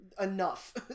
enough